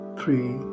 three